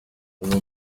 nibwo